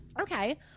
Okay